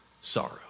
sorrow